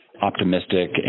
optimistic